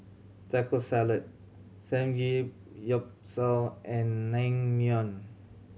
Taco Salad Samgeyopsal and Naengmyeon